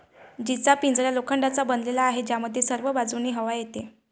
जीचा पिंजरा लोखंडाचा बनलेला आहे, ज्यामध्ये सर्व बाजूंनी हवा येते